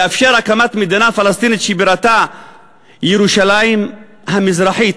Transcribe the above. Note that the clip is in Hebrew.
לאפשר הקמת מדינה פלסטינית שבירתה ירושלים המזרחית,